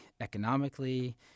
economically